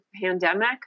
pandemic